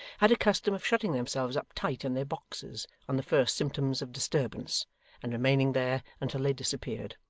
had a custom of shutting themselves up tight in their boxes on the first symptoms of disturbance and remaining there until they disappeared.